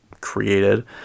created